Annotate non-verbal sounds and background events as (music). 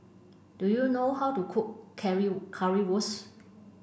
do you know how to cook (unintelligible) Currywurst